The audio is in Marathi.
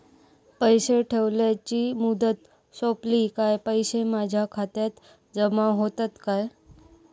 पैसे ठेवल्याची मुदत सोपली काय पैसे माझ्या खात्यात जमा होतात काय?